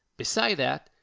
beside that,